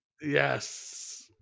yes